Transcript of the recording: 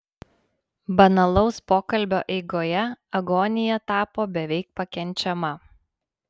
banalaus pokalbio eigoje agonija tapo beveik pakenčiama